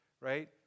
right